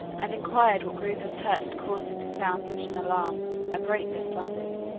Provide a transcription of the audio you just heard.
and inquired what grievous hurt had caused him to sound such an alarm and break their slumbers.